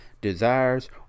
desires